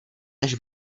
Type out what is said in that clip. než